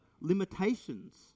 limitations